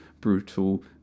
brutal